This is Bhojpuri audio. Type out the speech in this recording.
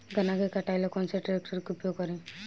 गन्ना के कटाई ला कौन सा ट्रैकटर के उपयोग करी?